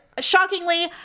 shockingly